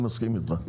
שם אני מסכים איתך,